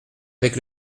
avec